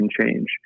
change